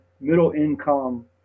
middle-income